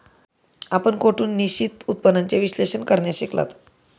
आपण कोठून निश्चित उत्पन्नाचे विश्लेषण करण्यास शिकलात?